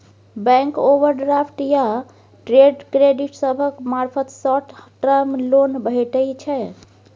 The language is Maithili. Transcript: बैंक ओवरड्राफ्ट या ट्रेड क्रेडिट सभक मार्फत शॉर्ट टर्म लोन भेटइ छै